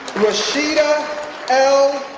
rashida l.